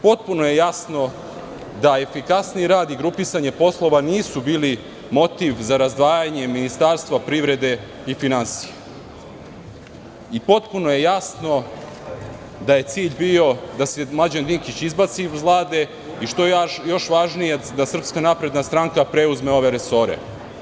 Potpuno je jasno da efikasniji rad i grupisanje poslove nisu bili motiv za razdvajanje privrede i finansija i potpuno je jasno da je cilj bio da se Mlađan Dinkić izbaci iz Vlade i što je još važnije da SNS preuzme ove resore.